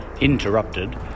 Interrupted